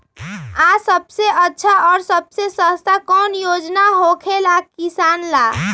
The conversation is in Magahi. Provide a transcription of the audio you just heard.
आ सबसे अच्छा और सबसे सस्ता कौन योजना होखेला किसान ला?